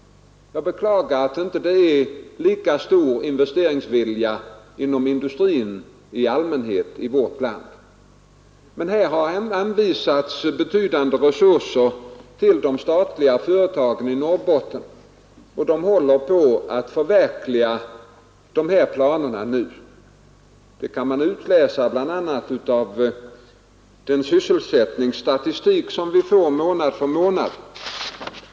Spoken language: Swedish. Jag beklagar att det inte finns en lika stor investeringsvilja inom industrin i allmänhet i vårt land. Det har även anvisats betydande resurser till de statliga företagen i Norrbotten, och de håller på att förverkliga dessa planer nu. Det kan man utläsa bl.a. av den sysselsättningsstatistik som vi får månad för månad.